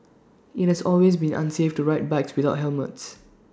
IT has always been unsafe to ride bikes without helmets